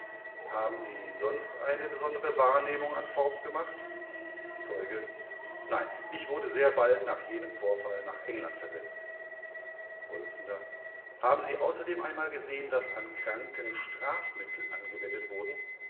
haben sie sonst eine besondere wahrnehmung an forbes gemacht zeuge nein ich wurde sehr bald nach jenem vorfall nach england versetzt vors haben sie außerdem einmal gesehen daß an kranken strafmittel angewendet wurden